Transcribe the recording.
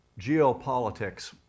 geopolitics